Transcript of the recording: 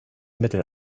mittel